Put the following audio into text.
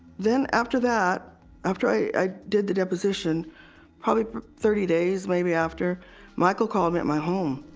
then after that after i i did the deposition probably thirty days maybe after michael called me at my home